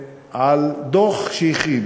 על הדוח שהכין